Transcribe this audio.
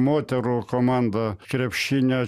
moterų komanda krepšinio